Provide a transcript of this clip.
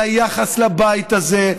ליחס לבית הזה,